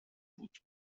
بود